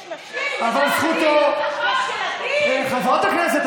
יש נשים, יש ילדים, אבל זכותו, חברת הכנסת,